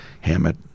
Hammett